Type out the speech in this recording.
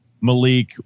Malik